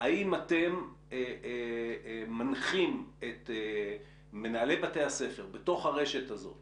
האם אתם מנחים את מנהלי בתי הספר בתוך הרשת הזאת